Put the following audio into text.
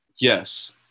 yes